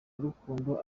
rukundo